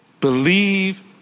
believe